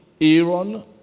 Aaron